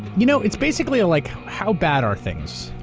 you know it's basically, like, how bad are things?